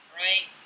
right